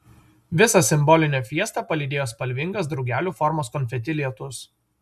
visą simbolinę fiestą palydėjo spalvingas drugelių formos konfeti lietus